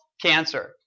cancer